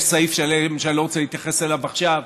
יש סעיף שאני לא רוצה להתייחס אליו עכשיו,